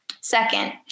Second